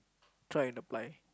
try and apply